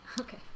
okay